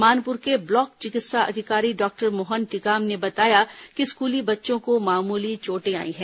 मानपुर के ब्लॉक चिकित्सा अधिकारी डॉक्टर मोहन टीकम ने बताया कि स्कूली बच्चों को मामूली चोटें आई हैं